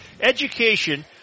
Education